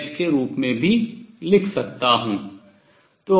2h के रूप में भी लिख सकता हूँ